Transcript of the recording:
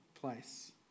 place